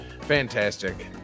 fantastic